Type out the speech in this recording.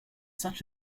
such